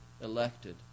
elected